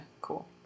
cool